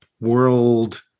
world